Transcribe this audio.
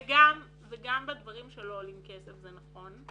גם בדברים שלא עולים כסף, זה נכון,